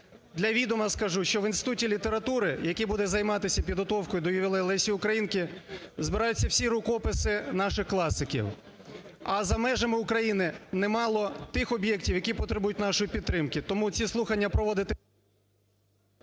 Для відома скажу, що в Інституті літератури, який буде займатися підготовкою до ювілею Лесі Українки, збираються всі рукописи наших класиків. А за межами України немало тих об'єктів, які потребують нашої підтримки. Тому ці слухання проводити…